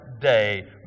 day